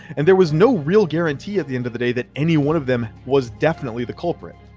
and there was no real guarantee at the end of the day that any one of them was definitely the culprit.